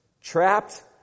trapped